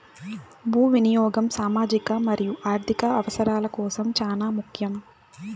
భూ వినియాగం సామాజిక మరియు ఆర్ధిక అవసరాల కోసం చానా ముఖ్యం